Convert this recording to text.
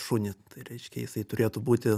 šunį tai reiškia jisai turėtų būti